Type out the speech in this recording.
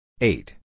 eight